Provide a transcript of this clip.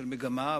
של מגמה,